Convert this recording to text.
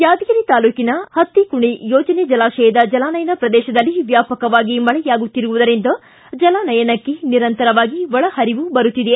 ಯಾದಗಿರಿ ತಾಲ್ಲೂಕಿನ ಹತ್ತಿಕುಣಿ ಯೋಜನೆ ಜಲಾಶಯದ ಜಲಾನಯನ ಪ್ರದೇಶದಲ್ಲಿ ವ್ಯಾಪಕವಾಗಿ ಮಳೆಯಾಗುತ್ತಿರುವುದರಿಂದ ಜಲಾನಯನಕ್ಕೆ ನಿರಂತರವಾಗಿ ಒಳಪರಿವು ಬರುತ್ತಿದೆ